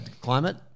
climate